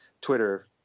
Twitter